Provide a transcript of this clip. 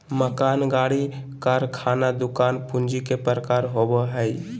मकान, गाड़ी, कारखाना, दुकान पूंजी के प्रकार होबो हइ